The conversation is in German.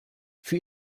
für